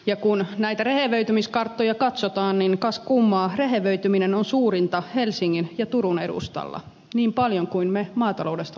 ja kun näitä rehevöitymiskarttoja katsotaan niin kas kummaa rehevöityminen on suurinta helsingin ja turun edustalla niin paljon kuin me maataloudesta olemmekin puhuneet